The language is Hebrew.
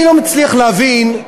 אני לא מצליח להבין,